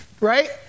right